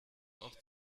auch